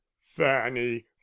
Fanny